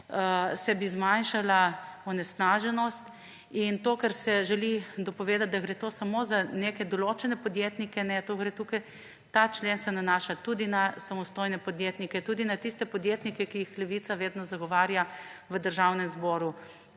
členom zmanjšala onesnaženost in to, kar se želi dopovedati, da gre to sam za neke določene podjetnike; ne, ta člen se nanaša tudi na samostojne podjetnike, tudi na tiste podjetnike, ki jih Levica vedno zagovarja v Državnem zboru.